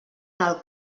del